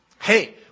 Hey